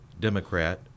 Democrat